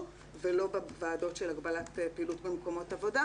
ולא בוועדות של הגבלת פעילות במקומות עבודה,